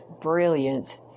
brilliant